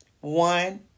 one